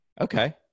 Okay